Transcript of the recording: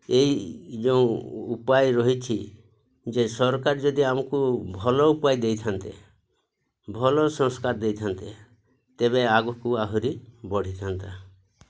ଏଇ ଯେଉଁ ଉପାୟ ରହିଛି ଯେ ସରକାର ଯଦି ଆମକୁ ଭଲ ଉପାୟ ଦେଇଥାନ୍ତେ ଭଲ ସଂସ୍କାର ଦେଇଥାନ୍ତେ ତେବେ ଆଗକୁ ଆହୁରି ବଢ଼ିଥାନ୍ତା